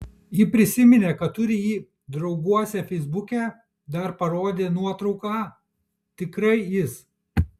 ji prisiminė kad turi jį drauguose feisbuke dar parodė nuotrauką tikrai jis